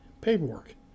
paperwork